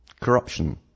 corruption